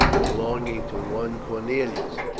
belonging to one cornelius.